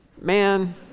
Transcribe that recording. Man